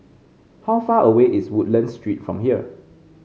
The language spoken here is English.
how far away is Woodlands Street from here